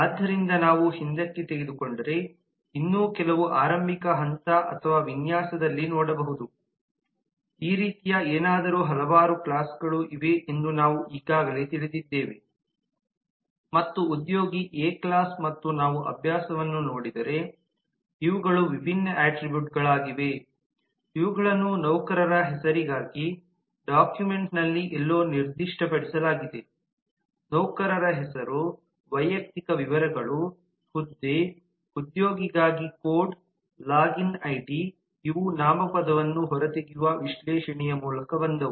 ಆದ್ದರಿಂದ ನಾವು ಹಿಂದಕ್ಕೆ ತೆಗೆದುಕೊಂಡರೆ ಇನ್ನೂ ಕೆಲವು ಆರಂಭಿಕ ಹಂತ ಅಥವಾ ವಿನ್ಯಾಸದಲ್ಲಿ ನೋಡಬಹುದು ಈ ರೀತಿಯ ಏನಾದರೂ ಹಲವಾರು ಕ್ಲಾಸ್ಗಳು ಇವೆ ಎಂದು ನಾವು ಈಗಾಗಲೇ ತಿಳಿದಿದ್ದೇವೆ ಮತ್ತು ಉದ್ಯೋಗಿ ಎ ಕ್ಲಾಸ್ ಮತ್ತು ನಾವು ಅಭ್ಯಾಸವನ್ನು ನೋಡಿದರೆ ಇವುಗಳು ವಿಭಿನ್ನ ಅಟ್ರಿಬ್ಯೂಟ್ಗಳಾಗಿವೆ ಇವುಗಳನ್ನು ನೌಕರರ ಹೆಸರಿಗಾಗಿ ಡಾಕ್ಯುಮೆಂಟ್ನಲ್ಲಿ ಎಲ್ಲೋ ನಿರ್ದಿಷ್ಟಪಡಿಸಲಾಗಿದೆನೌಕರರ ಹೆಸರು ವೈಯಕ್ತಿಕ ವಿವರಗಳು ಹುದ್ದೆ ಉದ್ಯೋಗಿಗಾಗಿ ಕೋಡ್ ಲಾಗಿನ್ ಐಡಿ ಇವು ನಾಮಪದವನ್ನು ಹೊರತೆಗೆಯುವ ವಿಶ್ಲೇಷಣೆಯ ಮೂಲಕ ಬಂದವು